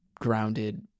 grounded